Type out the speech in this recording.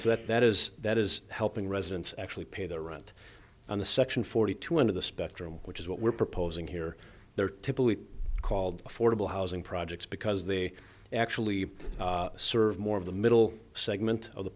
so that that is that is helping residents actually pay their rent on the section forty two one of the spectrum which is what we're proposing here they're typically called affordable housing projects because they actually serve more of the middle segment of the